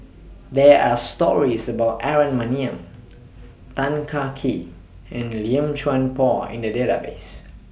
There Are stories about Aaron Maniam Tan Kah Kee and Lim Chuan Poh in The Database